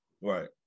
Right